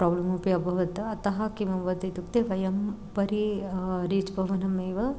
problem अपि अभवत् अतः किमभवत् इत्युक्ते वयं उपरि रीच् भवनमेव